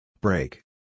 Break